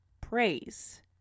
praise